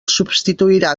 substituirà